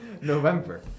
November